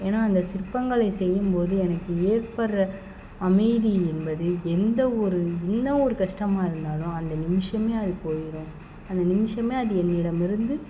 ஏன்னா அந்த சிற்பங்களை செய்யும் போது எனக்கு ஏற்படுற அமைதி என்பது எந்த ஒரு என்ன ஒரு கஷ்டமாக இருந்தாலும் அந்த நிமிஷமே அது போயிடும் அந்த நிமிஷமே அது என்னிடம் இருந்து